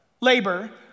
labor